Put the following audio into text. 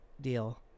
deal